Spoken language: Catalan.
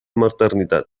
maternitat